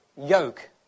Yoke